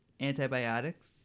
antibiotics